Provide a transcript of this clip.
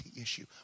issue